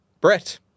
Brett